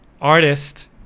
artist